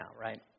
right